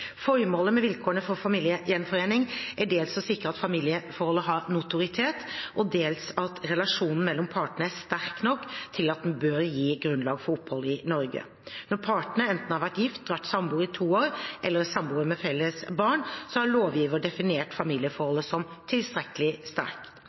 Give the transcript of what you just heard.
Formålet med vilkårene for familiegjenforening er dels å sikre at familieforholdet har notoritet, og dels at relasjonen mellom partene er sterk nok til at den bør gi grunnlag for opphold i Norge. Når partene enten har vært gift, vært samboere i to år eller er samboere med felles barn, har lovgiver definert